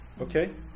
Okay